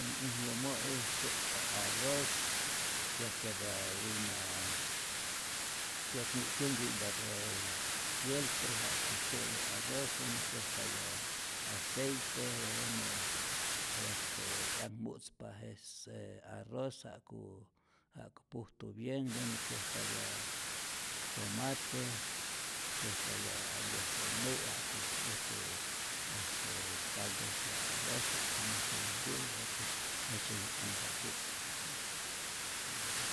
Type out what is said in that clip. Äj äj yomo'i syetpa arroz, kyojtyapa wina kyoky kyunhki'mpa'p je pyeltre ja'ku syetu arroz, jenä kyojtapya aceite, tejenä este 'yakmutzpa este je arroz ja'ku ja'ku pujtu bienh, tejenä kyojtapya tomate, kyojtapya hay vece nä' ja'ku pujtu caldoso je arroz, ja'ku musutä't nku'tä jejtzyetät ompa ku'tpa.